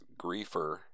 Griefer